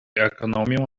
ekonomię